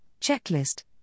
checklist